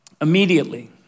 immediately